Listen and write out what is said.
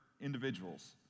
individuals